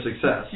success